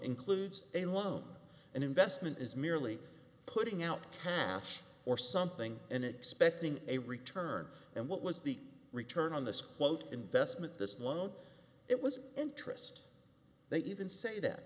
includes a loan an investment is merely putting out catch or something and expecting a return and what was the return on this quote investment this low it was interest they even say that